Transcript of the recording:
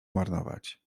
marnować